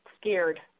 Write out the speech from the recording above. scared